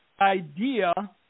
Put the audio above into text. idea